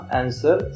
answer